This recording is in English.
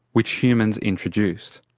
which humans introduced.